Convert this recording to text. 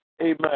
Amen